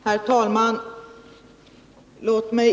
Herr talman!